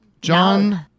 John